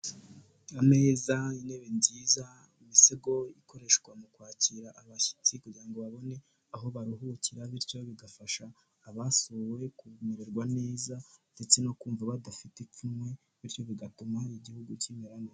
Ameza, intebe nziza, imisego ikoreshwa mu kwakira abashyitsi kugirango babone aho baruhukira bityo bigafasha ababasuye kumererwa neza ndetse no kumva badafite ipfunwe, bityo bigatuma igihugu kimera neza.